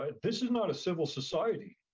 ah this is not a civil society.